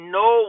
no